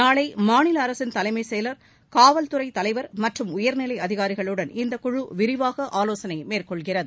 நாளை மாநில அரசின் தலைமைச் செயலர் காவல்துறை தலைவர் மற்றும் உயர் அதிகாரிகளுடன் இந்தக்குழு விரிவாக ஆலோசனை மேற்கொள்கிறது